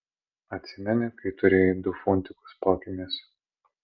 atsimeni kai turėjai du funtikus po akimis